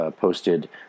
posted